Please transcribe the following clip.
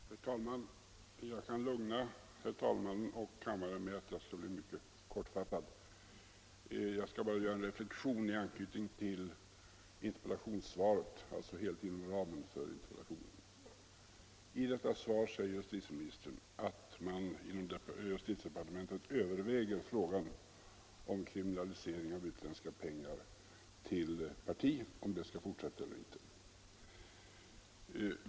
Herr talman! Jag kan lugna herr talmannen och kammarens ledamöter med att jag skall fatta mig mycket kort och bara göra en reflexion i anknytning till interpellationssvaret, alltså helt inom ramen för interpellationen. I sitt svar säger justitieministern att man inom justitiedepartementet överväger huruvida det skall vara tillåtet att ta emot utländska pengar till ett parti, eller om det skall! kriminaliseras.